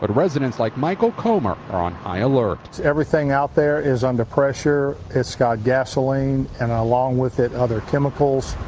but residents like michael comber are on high alert. everything out there is under pressure. it's got gasoline and along with it other chemicals.